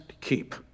keep